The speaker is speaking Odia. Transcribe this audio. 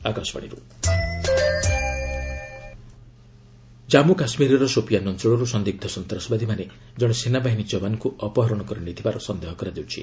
କେକେ ଯବାନ ଜାମ୍ମ କାଶ୍ମୀରର ସୋଫିଆନ ଅଞ୍ଚଳରୁ ସନ୍ଦିଗ୍ଧ ସନ୍ତାସବାଦୀମାନେ ଜଣେ ସେନାବାହିନୀ ଯବାନଙ୍କୁ ଅପରହଣ କରିନେଇଥିବାର ସନ୍ଦେହ କରାଯାଉଛି